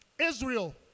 Israel